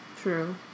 True